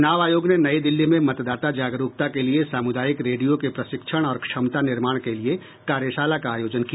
चुनाव आयोग ने नई दिल्ली में मतदाता जागरुकता के लिए सामुदायिक रेडियो के प्रशिक्षण और क्षमता निर्माण के लिए कार्यशाला का आयोजन किया